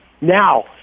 now